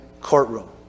courtroom